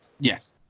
Yes